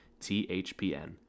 THPN